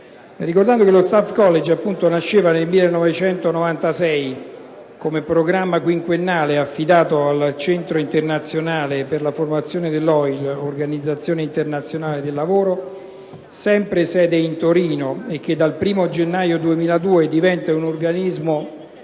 Ricordo che lo Staff College nasceva nel 1996 come programma quinquennale affidato al centro internazionale per la formazione dell'OIL (Organizzazione internazionale del lavoro), con sede a Torino, e che dal 1º gennaio 2002 divenne un organismo